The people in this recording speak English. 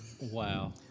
Wow